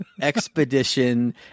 Expedition